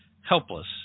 helpless